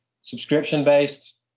subscription-based